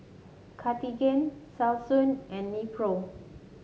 Cartigain Selsun and Nepro